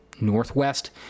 northwest